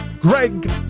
Greg